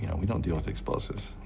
you know we don't deal with explosives.